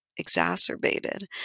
exacerbated